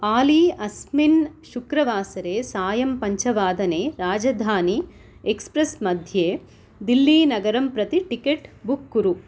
आली अस्मिन् शुक्रवासरे सायं पञ्चवादने राजधानी एक्स्प्रेस् मध्ये दिल्लीनगरं प्रति टिकेट् बुक् कुरु